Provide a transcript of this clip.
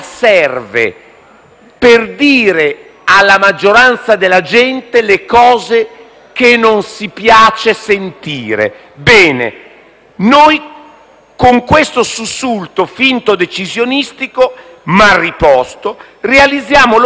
per dire alla maggioranza della gente le cose che non piace ascoltare. Ebbene, con questo sussulto finto decisionistico malriposto realizziamo l'obiettivo di dare un altro